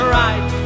right